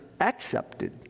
accepted